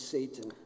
Satan